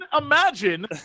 imagine